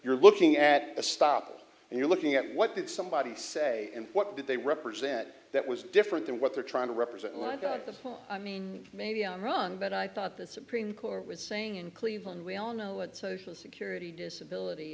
you're looking at a stop and you're looking at what did somebody say and what did they represent that was different than what they're trying to represent online i mean maybe i'm wrong but i thought the supreme court was saying in cleveland we all know what social security disability